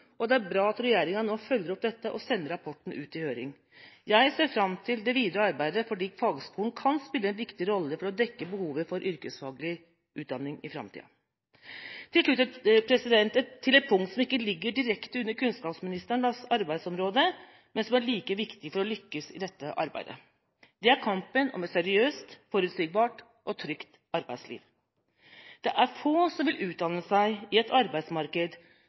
og det er bra at regjeringa nå følger opp dette og sender rapporten ut på høring. Jeg ser fram til det videre arbeidet, for fagskolen kan spille en viktig rolle når det gjelder å dekke behovet for yrkesfaglig utdanning i framtida. Til slutt til et punkt som ikke ligger direkte under kunnskapsministerens arbeidsområde, men som er like viktig for å lykkes i dette arbeidet, og det er kampen om et seriøst, forutsigbart og trygt arbeidsliv. Det er få som vil utdanne seg i et arbeidsmarked